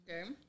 Okay